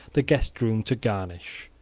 the guest-room to garnish.